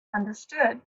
understood